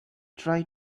try